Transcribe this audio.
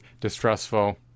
distressful